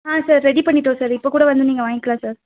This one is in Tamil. ஆ சார் ரெடி பண்ணிவிட்டோம் சார் இப்போ கூட வந்து நீங்கள் வாங்கிக்கலாம் சார்